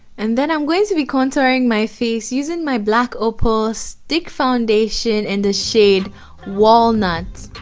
and then i'm going to be contouring my face using my black opal stick foundation in the shade walnuts